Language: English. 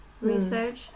research